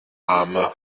arme